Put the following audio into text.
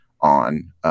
on